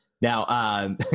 Now